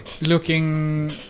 looking